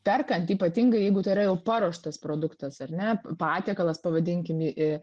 perkant ypatingai jeigu tai yra jau paruoštas produktas ar ne patiekalas pavadinkim